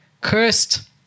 Cursed